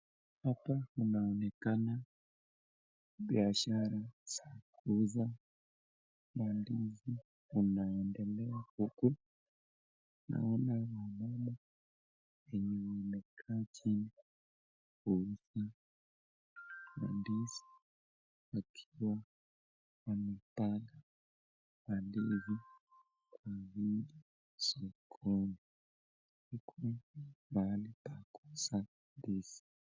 Hapa inaonekana biashara ya kuuza mandizi inaendelea huku. Naona wamama venye wamekaa chini kuuza mandizi akiwa amepack mandizi. Kwavitu kwenye soko iko mahali pa kuuza ndizi.